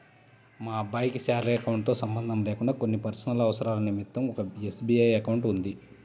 మా అబ్బాయికి salary account తో సంబంధం లేకుండా కొన్ని పర్సనల్ అవసరాల నిమిత్తం ఒక ఎస్.బీ.ఐ అకౌంట్ ఉంది